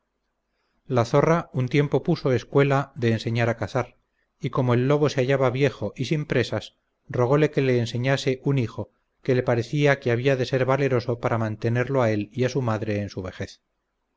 la zorra un tiempo puso escuela de enseñar a cazar y como el lobo se hallaba viejo y sin presas rogole que le enseñase un hijo que le parecía que había de ser valeroso para mantenerlo a él y a su madre en su vejez